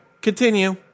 continue